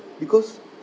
because